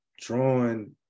drawing